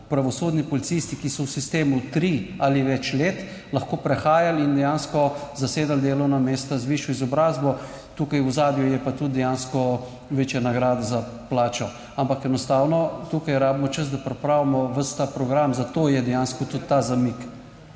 pravosodni policisti, ki so v sistemu tri ali več let lahko prehajali in dejansko zasedali delovna mesta z višjo izobrazbo. Tukaj v ozadju je pa tudi dejansko večja nagrada za plačo. Ampak enostavno tukaj rabimo čas, da pripravimo ves ta program, zato je dejansko tudi ta zamik.